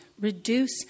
reduce